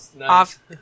Off